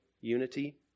unity